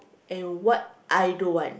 and what I don't want